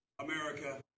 America